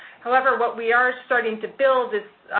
however, what we are starting to build is,